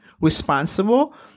responsible